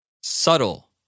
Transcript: Subtle